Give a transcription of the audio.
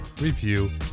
review